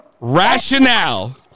rationale